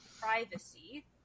privacy